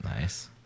nice